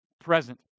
present